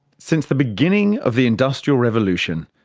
since the beginning of the industrial revolution,